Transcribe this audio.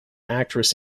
actress